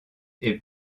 est